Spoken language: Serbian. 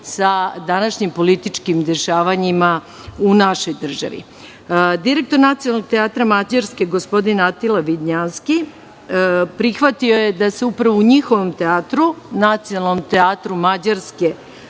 sa današnjim političkim dešavanjima u našoj državi. Direktor Nacionalnog teatra Mađarske, gospodin Atila Vidnjanski prihvatio je da se upravo u njihovom teatru, Nacionalnom teatru Mađarske